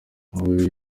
umuvunyi